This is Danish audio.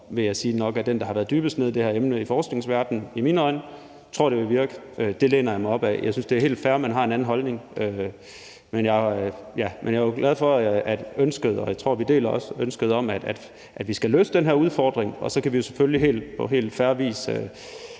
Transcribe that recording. der i mine øjne har været dybest nede i det her emne, tror, at det vil virke. Det læner jeg mig op ad. Jeg synes, det er helt fair, at man har en anden holdning, men jeg er jo glad for det ønske, der er, og som jeg også tror vi deler, om, at vi skal løse den her udfordring. Og så kan vi jo selvfølgelig på helt fair vis